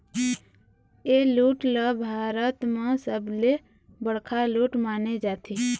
ए लूट ल भारत म सबले बड़का लूट माने जाथे